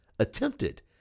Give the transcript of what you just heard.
attempted